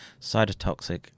cytotoxic